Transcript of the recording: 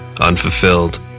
unfulfilled